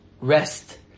rest